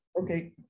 okay